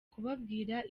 kubabwira